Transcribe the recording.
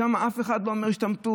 שם אף אחד לא אומר השתמטות.